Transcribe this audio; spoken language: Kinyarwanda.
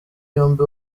yombi